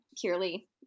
purely